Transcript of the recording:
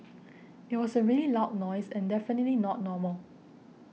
it was a really loud noise and definitely not normal